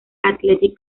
athletic